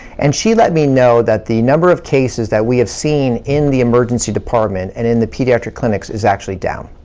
and she let me know that the number of cases that we have seen in the emergency department, and in the pediatric clinics, is actually down.